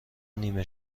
نیمه